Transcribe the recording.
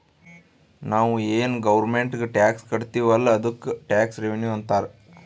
ನಾವು ಏನ್ ಗೌರ್ಮೆಂಟ್ಗ್ ಟ್ಯಾಕ್ಸ್ ಕಟ್ತಿವ್ ಅಲ್ಲ ಅದ್ದುಕ್ ಟ್ಯಾಕ್ಸ್ ರೆವಿನ್ಯೂ ಅಂತಾರ್